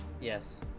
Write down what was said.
yes